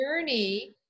journey